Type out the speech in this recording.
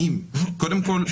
קודם כל,